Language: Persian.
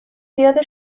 زیاد